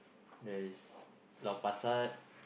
there is Lao Pa Sat